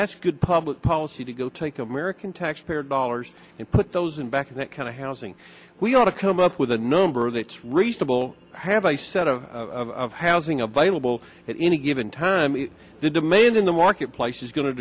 that's good public policy to go take american taxpayer dollars and put those in back in that kind of housing we ought to come up with a number that's reasonable have a set of housing available at any given time in the demand in the marketplace is going to